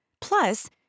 Plus